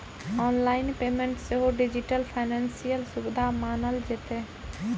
online payment सेहो digital financial सुविधा मानल जेतै